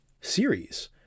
series